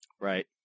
Right